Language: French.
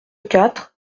quatre